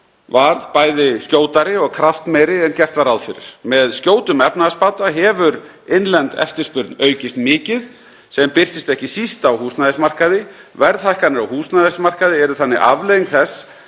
varð bæði skjótari og kraftmeiri en gert var ráð fyrir. Með skjótum efnahagsbata hefur innlend eftirspurn aukist mikið sem birtist ekki síst á húsnæðismarkaði. Verðhækkanir á húsnæðismarkaði eru þannig afleiðing þess